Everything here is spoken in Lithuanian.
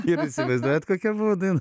įsivaizduojat kokia buvo daina